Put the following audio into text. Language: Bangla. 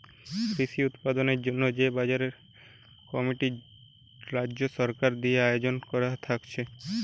কৃষি উৎপাদনের জন্যে যে বাজার কমিটি রাজ্য সরকার দিয়ে আয়জন কোরা থাকছে